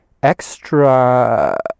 extra